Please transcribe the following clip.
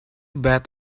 bad